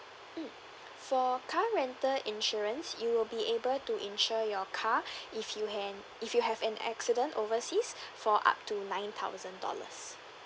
mm for car rental insurance you will be able to insure your car if you can if you have an accident overseas for up to nine thousand dollars